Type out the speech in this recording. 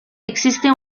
existe